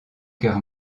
cœur